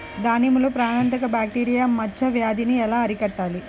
దానిమ్మలో ప్రాణాంతక బ్యాక్టీరియా మచ్చ వ్యాధినీ ఎలా అరికట్టాలి?